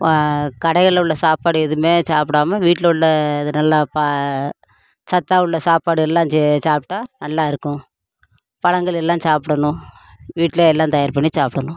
கடைகளில் உள்ள சாப்பாடு எதுவுமே சாப்புடாமல் வீட்டில் உள்ள இது நல்லா பா சத்தாக உள்ள சாப்பாடு எல்லாம் செஞ்சி சாப்பிட்டா நல்லா இருக்கும் பழங்கள் எல்லாம் சாப்புடணும் வீட்டில் எல்லாம் தயார் பண்ணி சாப்புடணும்